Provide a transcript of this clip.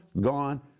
gone